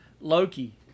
Loki